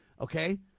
Okay